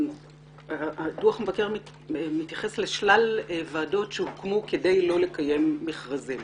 דוח המבקר מתייחס לשלל ועדות שהוקמו כדי לא לקיים מכרזים.